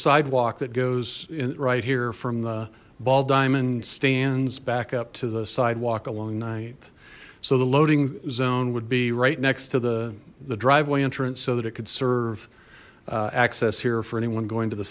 sidewalk that goes in right here from the ball diamond stands back up to the sidewalk along th so the loading zone would be right next to the the driveway entrance so that it could serve access here for anyone going to the